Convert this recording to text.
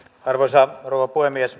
arvoisa rouva puhemies